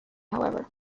however